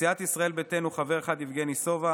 סיעת ישראל ביתנו, חבר אחד: יבגני סובה,